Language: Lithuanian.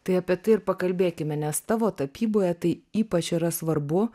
tai apie tai ir pakalbėkime nes tavo tapyboje tai ypač yra svarbu